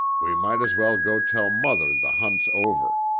we might as well go tell mother the hunt's over.